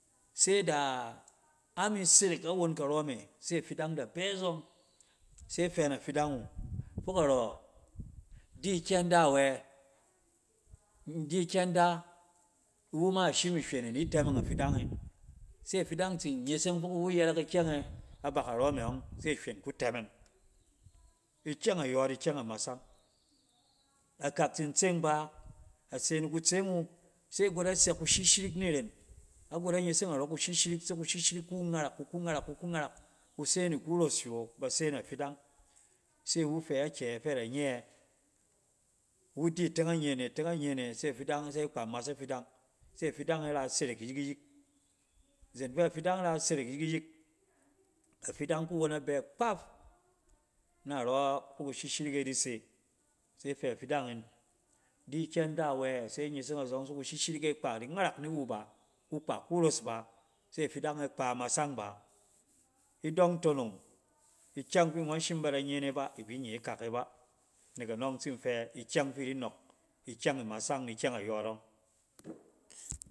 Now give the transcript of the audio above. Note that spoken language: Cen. Se da ami serek awon karɔ me, se fidang da bɛ zɔng, se fɛ na fidang wu, fok arɔ di kyɔng da wɛ? In di kyɛng da, lwu ma shim ihywen e ini tɛmɛng a fidang e se fidang tsin nyeseng fok iwu yɛrɛk ikyɛng e abak arɔ me ɔng, se ihywen ku tɛmɛng. Ikyɔng ayɔɔt, ikyɛng amasang. Akak tsin tseng ba, ase ni kutseeng wu se agot a sɛ kushishirik ni ren. A got anyeseng arɔ kushishirik, se kushishirik ku ngarak, ku ku ngarak, ku ku ngarak ku se ni kuros hywɛ awo, ba se na fidang, se iwu fɛ akyɛ fɛ da nye yɛ? Lwu di a teng n nye ne, ateng a nye ne se afidang se akpa mas afidang, se a fidang e rak serek yik-yik. Izen fɛ fidang rak serek yik-yik, a fidang ku won abɛ kpaf narɔ fi kushishirik e di se, se fɔ afidang in di kyɛng da wɛ! Se anyeseng azɔng, se kushishirik e kpa di ngorak niwu ba, ku kpa kuros ba, se afidang e kpa imasang ba. Idɔng tonong, ikyɛng fi ngɔn shim bada nye ne ba, ibi nye kak e ba. Nek anɔng in tsim fɛ, illyɔng fi idi nɔk ikyɔng imasang ni ikyɔng ayɔɔt ɔng